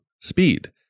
speed